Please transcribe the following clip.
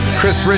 Chris